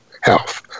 health